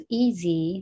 easy